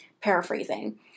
paraphrasing